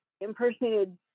impersonated